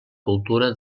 cultura